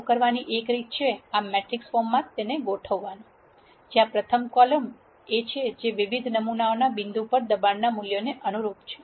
આવું કરવાની એક રીત છે આ મેટ્રિક્સ ફોર્મમાં આ ગોઠવવાનું જ્યાં પ્રથમ કોલમ એ છે જે વિવિધ નમૂનાના બિંદુઓ પર દબાણના મૂલ્યોને અનુરૂપ છે